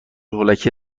هولکی